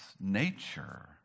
nature